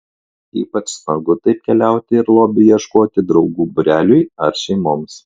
ypač smagu taip keliauti ir lobio ieškoti draugų būreliui ar šeimoms